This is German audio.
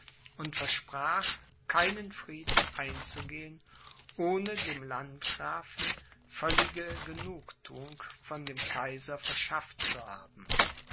und versprach keinen frieden einzugehen ohne dem landgrafen völlige genugthuung von dem kaiser verschafft zu haben